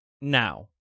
now